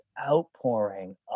outpouring